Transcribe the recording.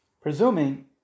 presuming